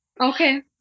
Okay